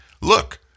look